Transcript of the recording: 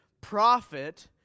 prophet